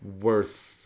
worth